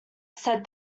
said